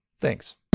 Thanks